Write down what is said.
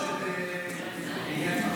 באיזו ממשלה?